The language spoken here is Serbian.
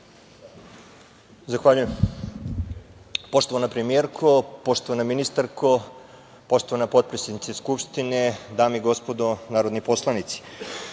Zahvaljujem. Poštovana premijerko, poštovana ministarko, poštovana potpredsednice Skupštine, dame i gospodo narodni poslanici,